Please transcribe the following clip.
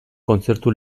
kontzertu